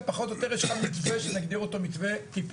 גם פחות או יותר יש לך מתווה שנגדיר אותו מתווה טיפולי.